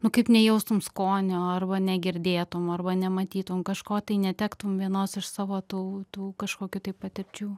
nu kaip nejaustum skonio arba negirdėtum arba nematytum kažko tai netektum vienos iš savo tų tų kažkokių tai patirčių